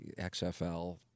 XFL